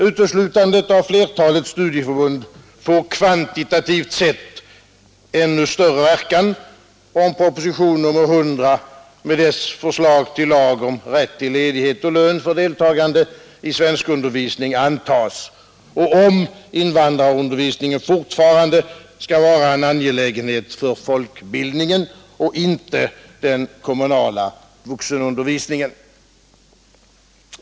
Uteslutandet av flertalet studieförbund får kvantitativt sett ännu större verkan, om propositionen 100 med dess förslag till lag om rätt till ledighet och lön för deltagande i svenskundervisningen antas och om invandrarundervisningen fortfarande skall vara en angelägenhet för folkbildningen och inte för den kommunala vuxenundervisningen.